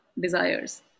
desires